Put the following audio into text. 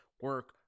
Work